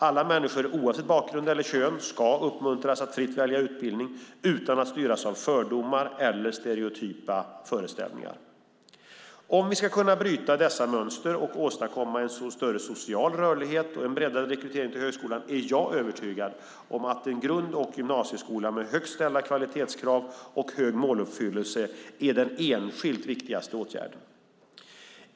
Alla människor oavsett bakgrund eller kön ska uppmuntras att fritt välja utbildning utan att styras av fördomar eller stereotypa föreställningar. Om vi ska kunna bryta dessa mönster och åstadkomma en större social rörlighet och en breddad rekrytering till högskolan är jag övertygad om att en grund och gymnasieskola med högt ställda kvalitetskrav och hög måluppfyllelse är den enskilt viktigaste åtgärden.